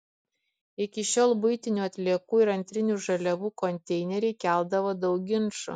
iki šiol buitinių atliekų ir antrinių žaliavų konteineriai keldavo daug ginčų